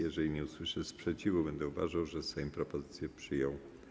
Jeżeli nie usłyszę sprzeciwu, będę uważał, że Sejm propozycję przyjął.